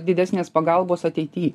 didesnės pagalbos ateity